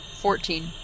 Fourteen